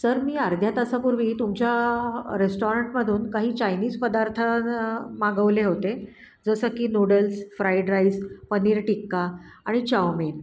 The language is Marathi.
सर मी अर्ध्या तासापूर्वी तुमच्या रेस्टॉरंटमधून काही चायनीज पदार्थ मागवले होते जसं की noodles fried rice paneer tikka आणि चाऊमिन